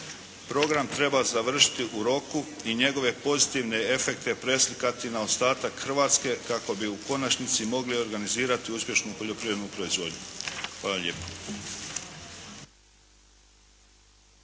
Program treba završiti u roku i njegove pozitivne efekte preslikati na ostatak Hrvatske kako bi u konačnici mogli organizirati uspješnu poljoprivrednu proizvodnju. Hvala lijepo.